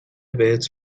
بهت